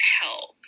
help